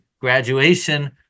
graduation